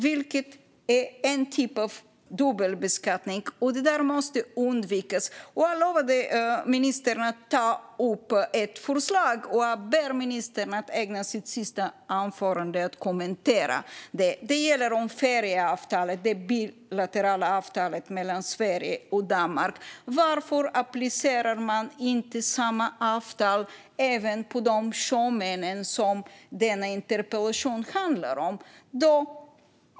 Det är en typ av dubbelbeskattning. Det där måste undvikas. Jag lovade ministern att ta upp ett förslag, och jag ber ministern att ägna sitt sista anförande åt att kommentera det. Det gäller det bilaterala färjeavtalet mellan Sverige och Danmark. Varför applicerar man inte samma avtal även på de sjömän som denna interpellation handlar om?